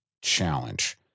challenge